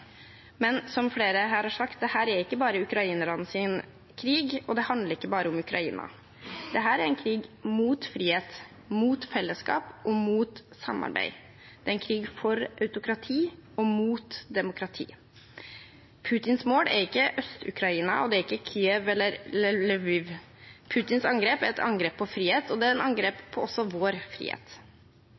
Men, som flere her har sagt, dette er ikke bare ukrainernes krig, og det handler ikke bare om Ukraina. Dette er en krig mot frihet, mot fellesskap og mot samarbeid. Det er en krig for autokrati og mot demokrati. Putins mål er ikke Øst-Ukraina, Kiev eller Lviv. Putins angrep er et angrep på frihet, og det er et angrep på også vår frihet.